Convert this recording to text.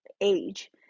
age